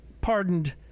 pardoned